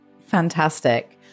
Fantastic